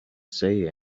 say